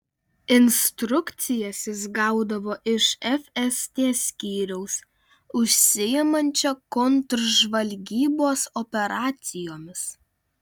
instrukcijas jis gaudavo iš fst skyriaus užsiimančio kontržvalgybos operacijomis